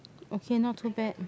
okay not too bad